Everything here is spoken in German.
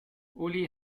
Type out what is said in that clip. uli